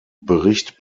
bericht